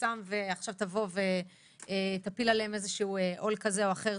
תפורסם ותפיל עליהם עול כזה או אחר,